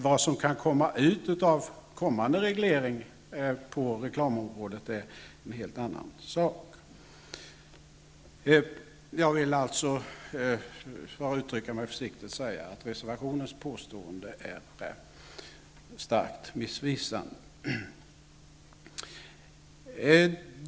Vad som kan komma ut av kommande reglering på reklamområdet är en helt annan sak. Jag vill uttrycka mig försiktigt och säga att påståendet i reservationen är starkt missvisande.